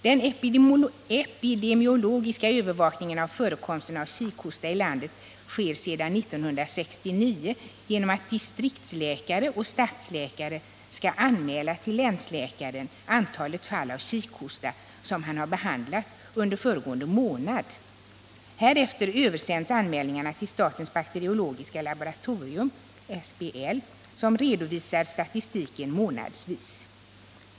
Den epidemiologiska övervakningen av förekomsten av kikhosta i landet sker sedan år 1969 genom att distriktsläkare och stadsläkare skall anmäla till länsläkaren antalet fall av kikhosta som han har behandlat under föregående månad. Härefter översänds anmälningarna till statens bakteriologiska laboratorium , som redovisar statistiken månadsvis.